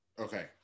okay